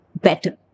better